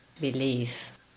belief